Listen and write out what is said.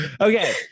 okay